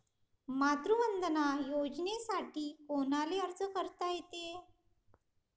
मातृवंदना योजनेसाठी कोनाले अर्ज करता येते?